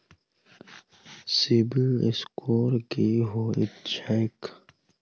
CIBIL score की होइत छैक?